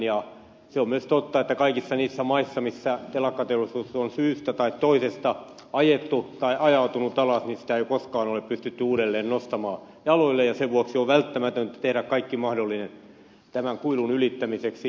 se on myös totta että kaikissa niissä maissa missä telakkateollisuus on syystä tai toisesta ajettu tai ajautunut alas sitä ei koskaan ole pystytty uudelleen nostamaan jaloilleen ja sen vuoksi on välttämätöntä tehdä kaikki mahdollinen tämän kuilun ylittämiseksi